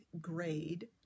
grade